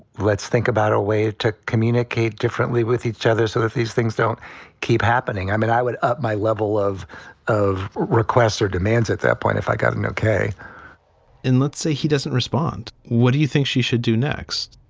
let's think about a way to communicate differently with each other so that these things don't keep happening. i mean, i would up my level of of requests or demands at that point if i got an ok in let's say he doesn't respond what do you think she should do next?